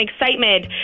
excitement